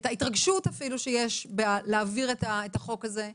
את ההתרגשות אפילו שיש להעביר את החוק הזה.